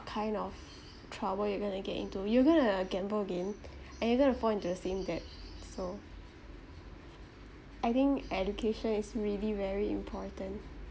kind of trouble you're going to get into you're going to gamble again and you're going to fall into the same debt so I think education is really very important